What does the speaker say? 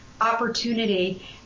opportunity